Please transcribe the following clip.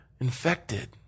infected